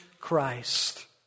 Christ